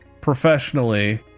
professionally